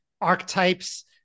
archetypes